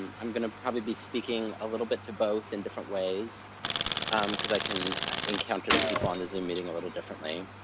um i'm gonna probably be speaking a little bit to both in different ways cause i can encounter the people on the zoom meeting a little differently.